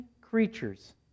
creatures